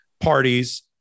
parties